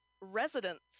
residents